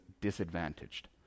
disadvantaged